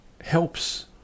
helps